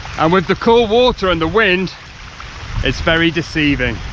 and with the cold water and the wind it's very deceiving